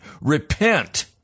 Repent